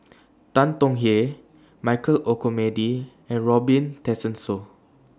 Tan Tong Hye Michael Olcomendy and Robin Tessensohn